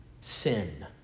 sin